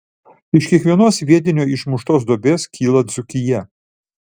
iš kiekvienos sviedinio išmuštos duobės kyla dzūkija